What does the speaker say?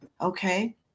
okay